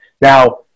Now